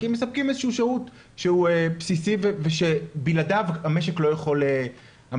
כי מספקים איזשהו שירות שהוא בסיסי ושבלעדיו המשק לא יכול לפעול.